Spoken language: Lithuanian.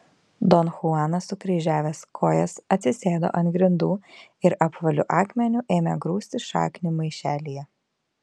don chuanas sukryžiavęs kojas atsisėdo ant grindų ir apvaliu akmeniu ėmė grūsti šaknį maišelyje